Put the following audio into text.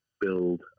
build